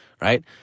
Right